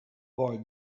boy